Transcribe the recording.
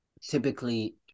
typically